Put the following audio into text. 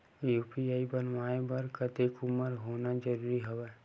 UPI बनवाय बर कतेक उमर होना जरूरी हवय?